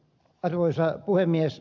arvoisa puhemies